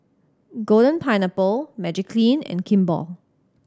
Golden Pineapple Magiclean and Kimball